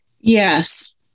Yes